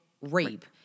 rape